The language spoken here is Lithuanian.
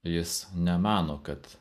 jis nemano kad